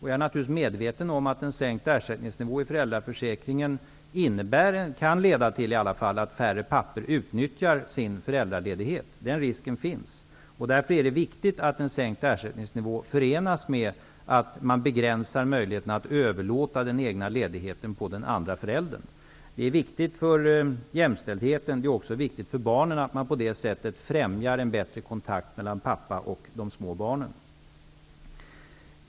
Jag är naturligtvis medveten om att en sänkt ersättningsnivå i föräldraförsäkringen kan leda till att färre pappor utnyttjar sin föräldraledighet -- den risken finns. Därför är det viktigt att en sänkt ersättningsnivå förenas med en begränsning av möjligheten att överlåta den egna ledigheten på den andra föräldern. Det är viktigt för jämställdheten och också för barnen att man på det sättet främjar en bättre kontakt mellan papporna och de små barnen.